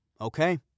okay